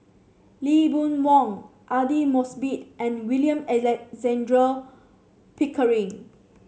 Lee Boon Wang Aidli Mosbit and William Alexander Pickering